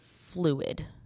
fluid